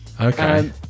okay